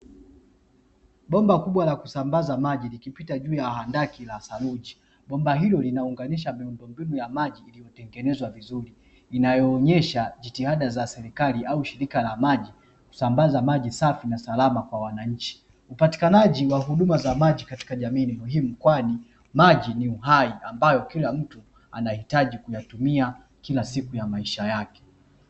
Bomba kubwa la kusambaza maji likipita juu ya handaki la saruji bomba hilo linaunganisha miundombinu ya maji iliyotengenezwa vizuri inayoonyesha jitihada za serikali au shirika la maji kusambaza maji safi na salama kwa wananchi. Upatikanaji wa huduma za maji katika jamii ni muhimu kwani maji ni uhai ambayo kila mtu anahitaji kuyatumia kila siku ya maisha yake.